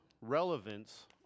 relevance